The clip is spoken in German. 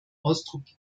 ausdruck